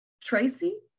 Tracy